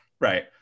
right